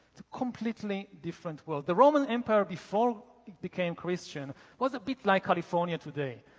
completely different world. the roman empire before it became christian was a bit like california today.